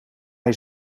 hij